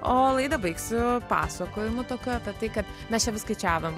o laidą baigsiu pasakojimu tokiu apie tai kad mes čia vios skaičiavom